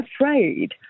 afraid